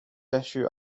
issue